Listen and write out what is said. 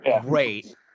great